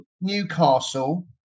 Newcastle